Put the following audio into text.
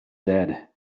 dead